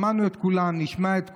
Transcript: שמענו את כולם, נשמע את כולם.